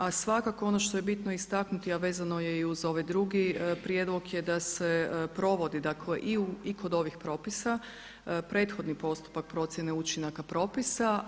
A svakako ono što je bitno istaknuti, a vezano je i uz ovaj drugi prijedlog je da se provodi, dakle i kod ovih propisa prethodni postupak procjene učinaka propisa.